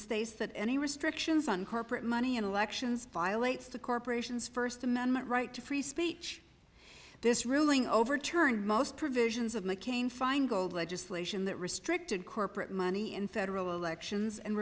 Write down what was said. states that any restrictions on corporate money and elections violates the corporation's first amendment right to free speech this ruling overturned most provisions of mccain feingold legislation that restricted corporate money in federal elections and